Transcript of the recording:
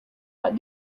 but